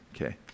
okay